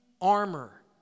armor